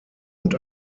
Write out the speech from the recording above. und